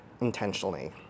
intentionally